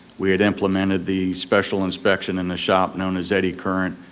we had implemented the special inspection in the shop known as eddy current,